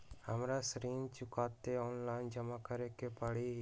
हमरा ऋण चुकौती ऑनलाइन जमा करे के परी?